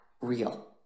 real